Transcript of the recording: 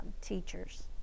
teachers